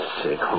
sick